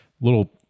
little